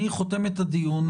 אני חותם את הדיון.